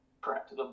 Correct